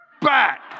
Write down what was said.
back